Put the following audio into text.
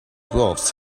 wolves